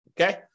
Okay